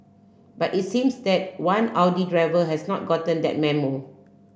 but it seems that one Audi driver has not gotten that memo